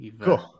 Cool